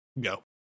go